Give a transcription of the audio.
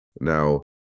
Now